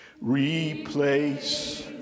replace